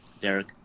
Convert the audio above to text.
Derek